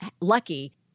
lucky